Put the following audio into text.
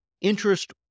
Interest